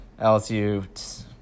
LSU